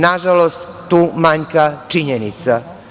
Nažalost, tu manjka činjenica.